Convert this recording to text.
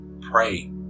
pray